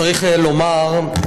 צריך לומר,